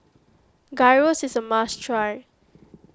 Gyros is a must try